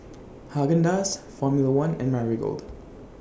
Haagen Dazs Formula one and Marigold